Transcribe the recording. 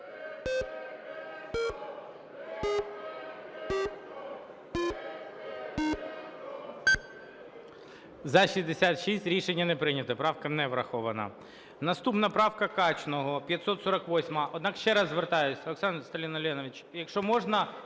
За-66 Рішення не прийнято. Правка не врахована. Наступна правка Качного, 548-а. Однак ще раз звертаюсь, Олександр Сталіноленович, якщо можна,